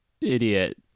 idiot